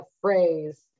phrase